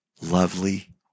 lovely